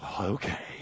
Okay